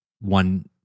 one